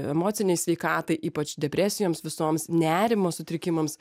emocinei sveikatai ypač depresijoms visoms nerimo sutrikimams